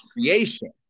creation